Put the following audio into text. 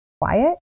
quiet